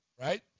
right